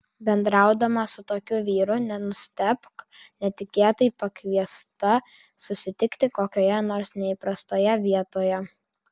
bendraudama su tokiu vyru nenustebk netikėtai pakviesta susitikti kokioje nors neįprastoje vietoje